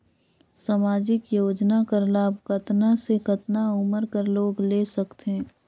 समाजिक योजना कर लाभ कतना से कतना उमर कर लोग ले सकथे?